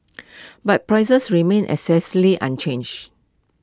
but prices remained unchanged